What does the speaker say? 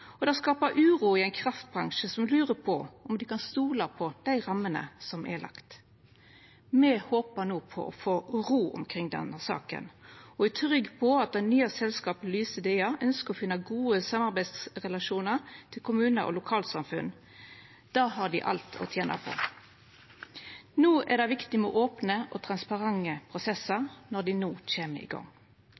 og det skapar uro i ei kraftbransje som lurer på om dei kan stola på dei rammene som er lagde. Me håper no på å få ro omkring denne saka og er trygge på at det nye selskapet, Lyse Kraft DA, ønskjer å finna gode samarbeidsrelasjonar til kommunen og lokalsamfunnet. Det har dei alt å tena på. Det er viktig med opne og transparente prosessar når dei no kjem i